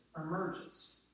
emerges